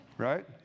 right